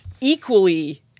equally